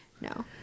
No